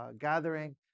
gathering